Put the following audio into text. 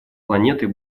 планеты